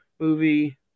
Movie